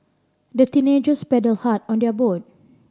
the teenagers paddled hard on their boat